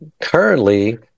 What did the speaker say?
currently